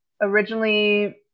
originally